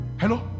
Hello